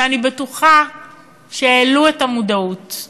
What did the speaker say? שאני בטוחה שהעלו את המודעות.